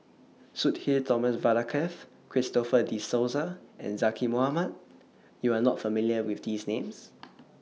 Sudhir Thomas Vadaketh Christopher De Souza and Zaqy Mohamad YOU Are not familiar with These Names